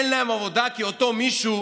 אין להם עבודה כי אותו מישהו